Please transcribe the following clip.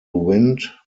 wind